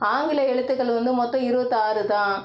ஆங்கில எழுத்துக்கள் வந்து மொத்தம் இருபத்தாறு தான்